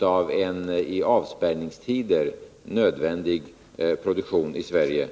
av en i avspärrningstider nödvändig produktion i Sverige?